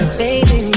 baby